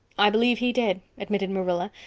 i believe he did, admitted marilla.